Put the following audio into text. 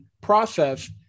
process